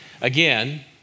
Again